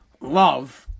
love